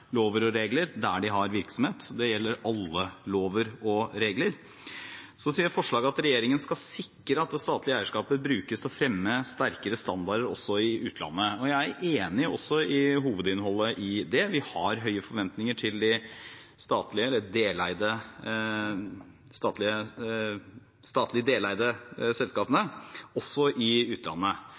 lover og regler der de har virksomhet. Det gjelder alle lover og regler. Så sier forslaget at regjeringen skal sikre at det statlige eierskapet brukes til å fremme sterkere standarder også i utlandet, og jeg er enig også i hovedinnholdet i det. Vi har høye forventninger til de statlig deleide selskapene, også i utlandet.